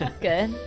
good